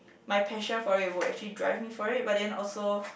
my passion for it would actually drive me for it but then also